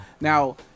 Now